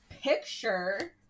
picture